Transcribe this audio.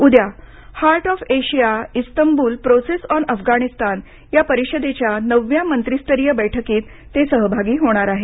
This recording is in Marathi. ते उद्या heart of Asia Istanbul process on Afghanistan या परिषदेच्या नवव्या मंत्रिस्तरीय बैठकीत सहभागी होणार आहेत